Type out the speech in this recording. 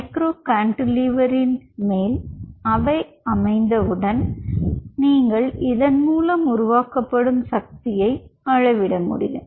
micro கான்டிலீவரின் மேல் அவை அமைந்தவுடன் நீங்கள் இதன் மூலம் உருவாக்கப்படும் சக்தியை அளவிட முடியும்